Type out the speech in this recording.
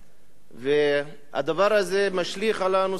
והדבר הזה משליך על הנושאים החברתיים,